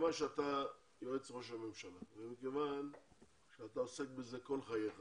מכיוון שאתה יועץ ראש הממשלה ומכיוון שאתה עושה בזה כל חייך